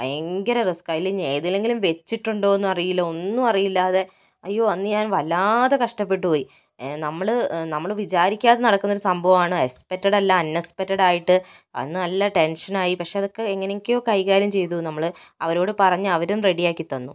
ഭയങ്കര റിസ്ക്കാണ് അതിലിനി ഏതിലെങ്കിലും വെച്ചിട്ടുണ്ടോയെന്നറിയില്ല ഒന്നും അറിയില്ലാതെ അയ്യോ അന്ന് ഞാൻ വല്ലാതെ കഷ്ടപ്പെട്ടു പോയി നമ്മൾ നമ്മൾ വിചാരിക്കാതെ നടക്കുന്ന ഒരു സംഭവമാണ് എക്സ്പെക്റ്റഡല്ല അൺഎസ്പെക്റ്റഡായിട്ടു അന്ന് നല്ല ടെൻഷനായി പക്ഷെ അതൊക്കെ എങ്ങനെയൊക്കെയോ കൈകാര്യം ചെയ്തു നമ്മൾ അവരോട് പറഞ്ഞ് അവരും റെഡിയാക്കി തന്നു